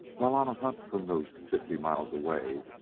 while on a hunt for moose fifty miles away,